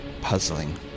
puzzling